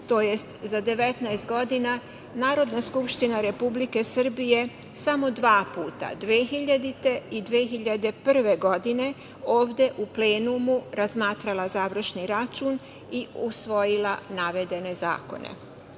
tj. za 19 godina Narodna skupština Republike Srbije samo dva puta, 2000. i 2001. godine ovde u plenumu razmatrala završni račun i usvojila navedene